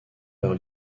leur